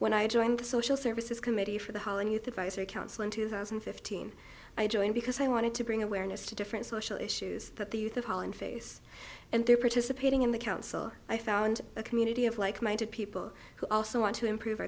when i joined the social services committee for the holland youth advice or counsel in two thousand and fifteen i joined because i wanted to bring awareness to different social issues that the youth of holland face and there participating in the council i found a community of like minded people who also want to improve